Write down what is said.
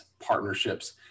partnerships